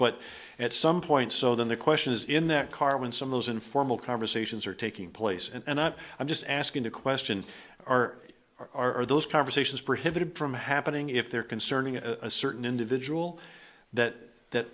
but at some point so then the question is in the car when some of those informal conversations are taking place and i'm just asking the question are are those conversations prohibited from happening if they're concerning a certain individual that that